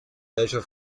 welcher